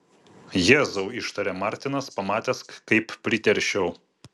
jėzau ištarė martinas pamatęs kaip priteršiau